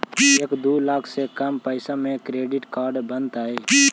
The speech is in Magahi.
एक दू लाख से कम पैसा में क्रेडिट कार्ड बनतैय?